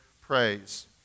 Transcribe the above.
praise